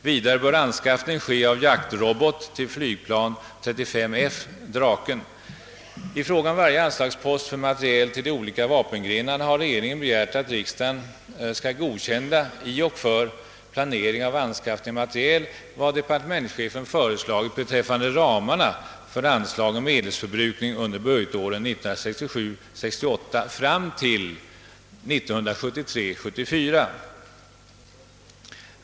Vidare bör anskaffning göras av jaktrobot till flygplan 35 F Draken. I fråga om varje anslagspost för maleriel till de olika vapengrenarna har regeringen begärt att riksdagen skall godkänna, i och för planering av anskaffande av materiel, vad departementschefen föreslagit beträffande ramarna för anslag och medelsförbrukning under budgetåret 1967 74.